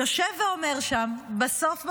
יושב ואומר שם בסוף בסוף,